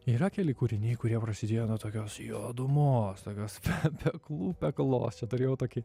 yra keli kūriniai kurie prasidėjo nuo tokios juodumos tokios peklų peklos čia turėjau tokį